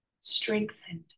strengthened